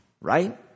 right